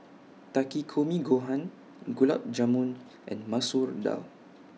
Takikomi Gohan Gulab Jamun and Masoor Dal